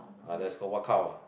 ah that's called